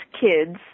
kids